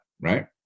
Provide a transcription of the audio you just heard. right